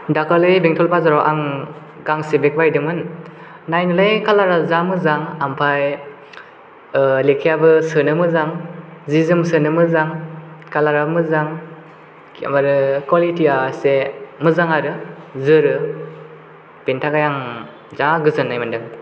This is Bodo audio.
दाखालि बेंटल बाजाराव आं गांसे बेग बायदोंमोन नायनोलाय कालार आ जा मोजां ओमफ्राय ओ लेखायाबो सोनो मोजां जि जोम सोनो मोजां कालार आबो मोजां आरो कुवालिटि या एसे मोजां आरो जोरो बेनि थाखाय आं जा गोजोननाय मोनदों